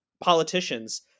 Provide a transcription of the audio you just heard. politicians